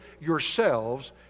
yourselves